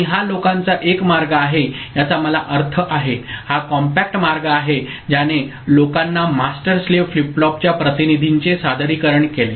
आणि हा लोकांचा एक मार्ग आहे याचा मला अर्थ आहे हा कॉम्पॅक्ट मार्ग आहे ज्याने लोकांना मास्टर स्लेव्ह फ्लिप फ्लॉपच्या प्रतिनिधींचे सादरीकरण केले